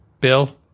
bill